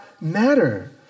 matter